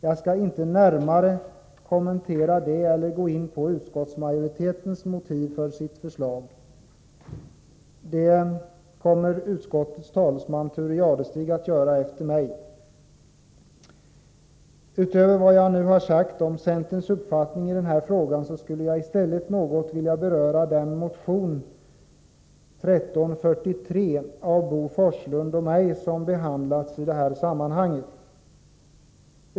Jag skall inte närmare kommentera detta eller gå in på utskottsmajoritetens motiv för sitt förslag. Det kommer utskottets talesman Thure Jadestig att göra. Jag vill i stället utöver det jag nu har sagt om centerns uppfattning något beröra den motion av Bo Forslund och mig som behandlas i detta sammanhang.